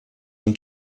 ont